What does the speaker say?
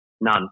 None